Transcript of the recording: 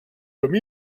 comme